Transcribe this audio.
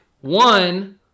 One